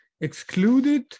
excluded